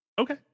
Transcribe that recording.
Okay